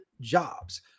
Jobs